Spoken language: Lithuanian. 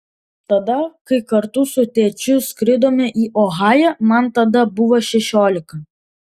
tada kai kartu su tėčiu skridome į ohają man tada buvo šešiolika